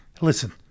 Listen